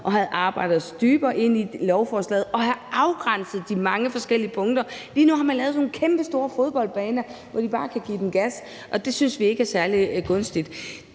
have arbejdet os dybere ind i lovforslaget og have afgrænset de mange forskellige punkter. Lige nu har man lavet sådan nogle kæmpestore fodboldbaner, hvor man bare kan give den gas, og det synes vi ikke er særlig gunstigt.